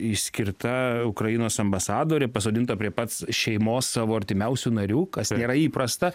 išskirta ukrainos ambasadorė pasodinta prie pats šeimos savo artimiausių narių kas yra įprasta